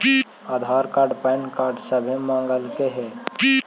आधार card PAN card सभे मगलके हे?